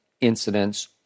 incidents